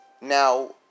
now